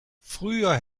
früher